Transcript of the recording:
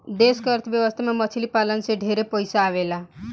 देश के अर्थ व्यवस्था में मछली पालन से ढेरे पइसा आवेला